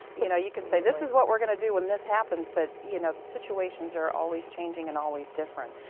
you know, you can say this is what we're going to do when this happens, but you know, the situations are always changing and always different.